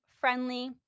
friendly